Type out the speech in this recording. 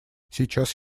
сейчас